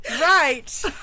Right